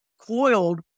coiled